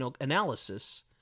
analysis